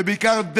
ובעיקר,